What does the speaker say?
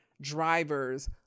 drivers